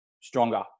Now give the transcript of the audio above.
stronger